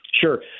sure